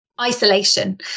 Isolation